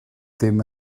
ddim